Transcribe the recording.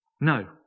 No